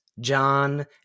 John